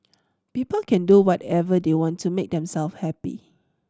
people can do whatever they want to make themselves happy